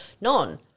none